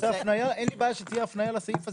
אין לי בעיה שתהיה הפניה לסעיף הזה,